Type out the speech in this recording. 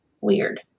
Weird